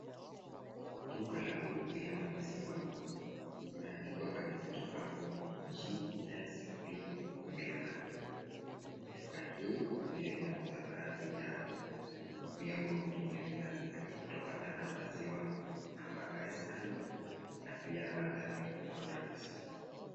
Duka la kuuzia maziwa, imeandikwa katika kibango GSP milk . Duka hii pia inauza baadhi ya vyombo vingine vinavyotokana na maziwa, kama ice cream na pia other milk products .